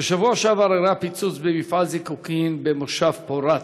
בשבוע שעבר אירע פיצוץ במפעל זיקוקין במושב פורת.